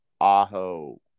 Aho